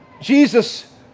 Jesus